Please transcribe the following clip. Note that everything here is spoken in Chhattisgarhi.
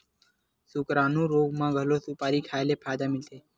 सुकरानू रोग म घलो सुपारी खाए ले फायदा मिलथे